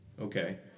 okay